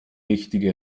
richtige